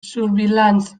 surveillance